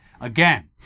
Again